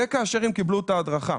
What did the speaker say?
זה כאשר הם קיבלו את ההדרכה.